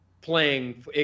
playing